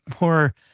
more